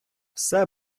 все